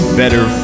better